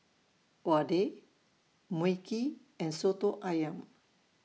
Vadai Mui Kee and Soto Ayam